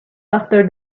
after